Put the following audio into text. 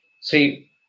See